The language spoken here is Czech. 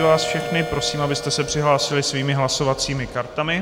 Odhlašuji vás všechny, prosím, abyste se přihlásili svými hlasovacími kartami.